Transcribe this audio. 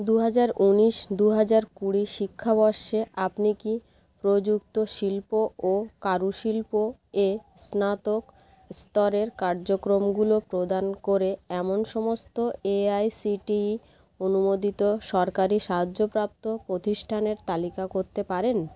দু হাজার উনিশ দু হাজার কুড়ি শিক্ষাবর্ষে আপনি কি প্রযুক্ত শিল্প ও কারুশিল্প এ স্নাতক স্তরের কার্যক্রমগুলো প্রদান করে এমন সমস্ত এআইসিটিই অনুমোদিত সরকারি সাহায্যপ্রাপ্ত প্রতিষ্ঠানের তালিকা করতে পারেন